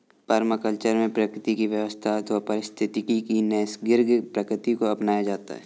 permaculture में प्रकृति की व्यवस्था अथवा पारिस्थितिकी की नैसर्गिक प्रकृति को अपनाया जाता है